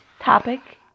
topic